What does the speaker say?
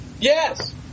Yes